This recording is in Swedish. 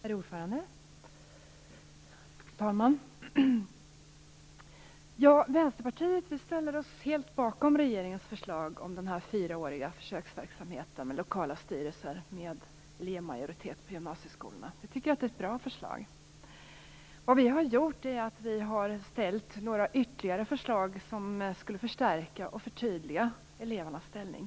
Herr talman! Vänsterpartiet ställer sig helt bakom regeringens förslag om en fyraårig försöksverksamhet med lokala styrelser med elevmajoritet i gymnasieskolorna. Vi tycker att det är ett bra förslag. Vi har fört fram några ytterligare förslag, som skulle förstärka och förtydliga elevernas ställning.